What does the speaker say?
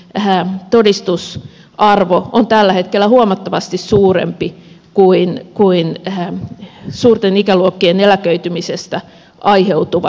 sen tieteellinen todistusarvo on tällä hetkellä huomattavasti suurempi kuin suurten ikäluokkien eläköitymisestä aiheutuvan huolen